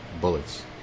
bullets